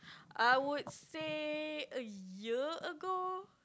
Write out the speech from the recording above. I would say a year ago